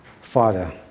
Father